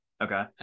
Okay